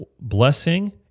blessing